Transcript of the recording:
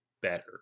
better